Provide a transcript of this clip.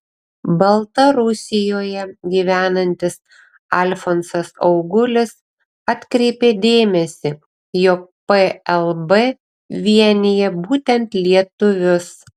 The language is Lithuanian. baltarusijoje gyvenantis alfonsas augulis atkreipė dėmesį jog plb vienija būtent lietuvius